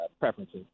preferences